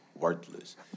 worthless